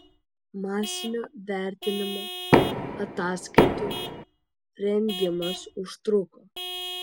masinio vertinimo ataskaitų rengimas užtruko